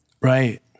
Right